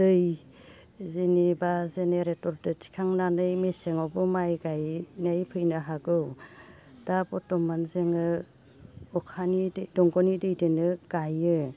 दै जेनेबा जेनेरेटर दै थिखांनानै मेसेङावबो माइ गायनाय फैनो हागौ दा बर्थमान जोङो अखानि दंग'नि दैदोनो गायो